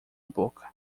boca